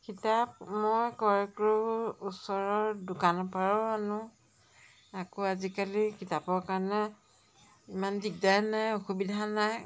কিতাপ মই ক্ৰয় কৰোঁ ওচৰৰ দোকানৰপৰাও আনো আকৌ আজিকালি কিতাপৰ কাৰণে ইমান দিগদাৰ নাই অসুবিধা নাই